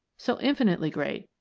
so infinitely great,